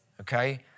okay